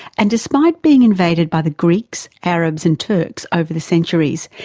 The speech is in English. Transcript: and despite being invaded by the greeks, arabs and turks over the centuries,